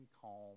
calm